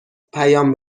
پیام